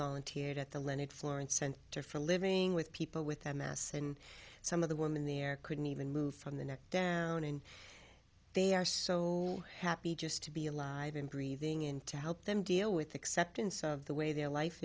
volunteered at the linnet florence sent there for a living with people with a mass and some of the women there couldn't even move from the neck down and they are so happy just to be alive and breathing in to help them deal with acceptance of the way their life